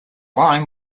line